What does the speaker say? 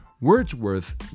Wordsworth